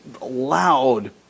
loud